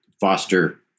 foster